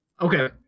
Okay